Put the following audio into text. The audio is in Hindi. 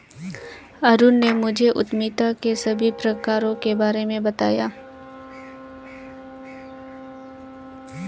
अरुण ने मुझे उद्यमिता के सभी प्रकारों के बारे में बताएं